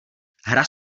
hra